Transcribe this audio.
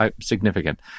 significant